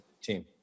team